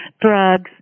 drugs